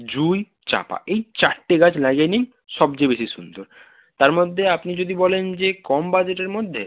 জুঁই চাঁপা এই চারটে গাছ লাগিয়ে নিন সবযেয়ে বেশি সুন্দর তার মধ্যে আপনি যদি বলেন যে কম বাজেটের মধ্যে